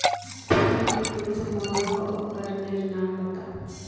मकई कुंसम मलोहो उपकरनेर नाम बता?